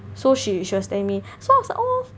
so she she was telling me so I was like !aww!